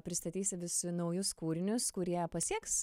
pristatysi vis naujus kūrinius kurie pasieks